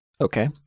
Okay